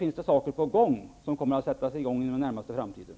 Mycket kommer alltså att sättas i gång under den närmaste framtiden.